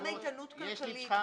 גם איתנות כלכלית.